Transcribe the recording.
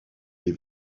les